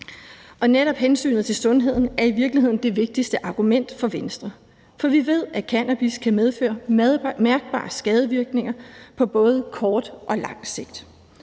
Og netop hensynet til sundheden er i virkeligheden det vigtigste argument for Venstre, for vi ved, at cannabis kan medføre mærkbare skadevirkninger på både kort og lang sigt.